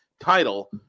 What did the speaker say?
title